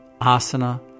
asana